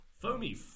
Foamy